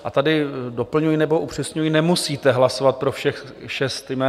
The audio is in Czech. A tady doplňuji nebo upřesňuji: nemusíte hlasovat pro všech šest jmen.